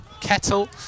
Kettle